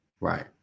right